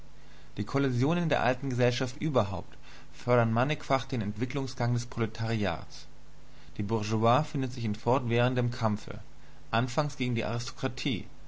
die kollisionen der alten gesellschaft überhaupt fördern mannigfach den entwicklungsgang des proletariats die bourgeoisie befindet sich in fortwährendem kampfe anfangs gegen die